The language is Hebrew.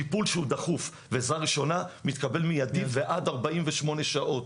טיפול שהוא דחוף ועזרה ראשונה מתקבל מיידית ועד 48 שעות,